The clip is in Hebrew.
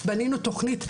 בנינו תכנית,